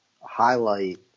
highlight